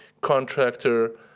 contractor